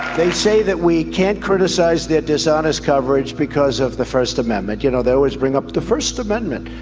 they say that we can't criticise their dishonest coverage because of the first amendment. you know they always bring up the first amendment.